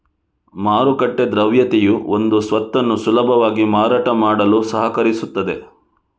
ಮಾರುಕಟ್ಟೆ ದ್ರವ್ಯತೆಯು ಒಂದು ಸ್ವತ್ತನ್ನು ಸುಲಭವಾಗಿ ಮಾರಾಟ ಮಾಡಲು ಸಹಕರಿಸುತ್ತದೆ